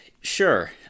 Sure